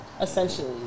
Essentially